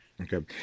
Okay